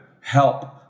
help